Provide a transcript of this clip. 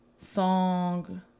Song